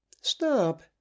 Stop